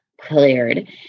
cleared